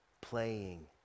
playing